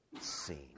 seen